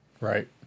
Right